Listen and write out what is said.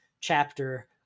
chapter